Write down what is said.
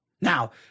Now